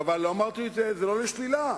זה לא שלילה,